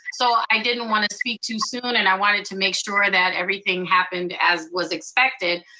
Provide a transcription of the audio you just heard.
so i didn't wanna speak too soon, and i wanted to make sure that everything happened as was expected.